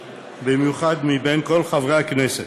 ובמיוחד מבין כל חברי הכנסת,